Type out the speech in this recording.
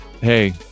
hey